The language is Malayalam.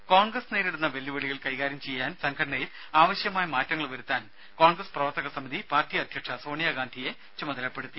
ദേഴ കോൺഗ്രസ് നേരിടുന്ന വെല്ലുവിളികൾ കൈകാര്യം ചെയ്യാൻ സംഘടനയിൽ ആവശ്യമായ മാറ്റങ്ങൾ വരുത്താൻ കോൺഗ്രസ് പ്രവർത്തകസമിതി പാർട്ടി അധ്യക്ഷ സോണിയാഗാന്ധിയെ ചുമതലപ്പെടുത്തി